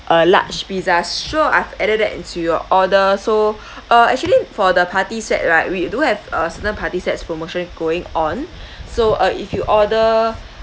uh large pizzas sure I've added that into your order so uh actually for the party set right we do have uh certain party sets promotion going on so uh if you order